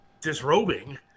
disrobing